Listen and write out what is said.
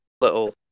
little